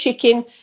chicken